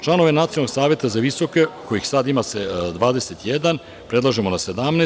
Članovi Nacionalnog saveta za visoke kojih sada ima 21 predlažemo na 17.